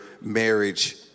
marriage